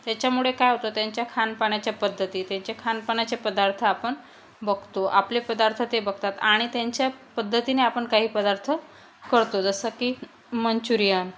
त्याच्यामुळे काय होतं त्यांच्या खानपानाच्या पद्धती त्यांचे खानपानाचे पदार्थ आपण बघतो आपले पदार्थ ते बघतात आणि त्यांच्या पद्धतीने आपण काही पदार्थ करतो जसं की मंच्युरियन